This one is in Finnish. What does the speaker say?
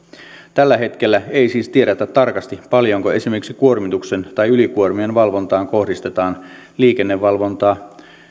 tällä hetkellä ei siis tiedetä tarkasti paljonko esimerkiksi kuormituksen tai ylikuormien valvontaan kohdistetaan liikennevalvontaan